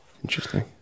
Interesting